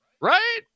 Right